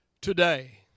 today